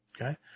Okay